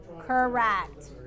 Correct